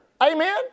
Amen